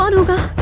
um yoga